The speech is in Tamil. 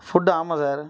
ஃபுட்டு ஆமாம் சார்